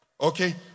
Okay